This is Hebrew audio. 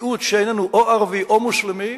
מיעוט שאיננו או ערבי או מוסלמי,